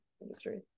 industry